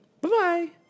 Bye-bye